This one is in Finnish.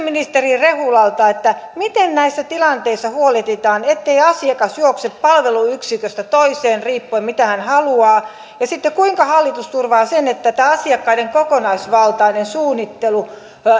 ministeri rehulalta miten näissä tilanteissa huolehditaan ettei asiakas juokse palveluyksiköstä toiseen riippuen siitä mitä hän haluaa ja sitten kuinka hallitus turvaa sen että tämä kokonaisvaltainen suunnittelu